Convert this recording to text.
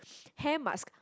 hair mask